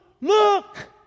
look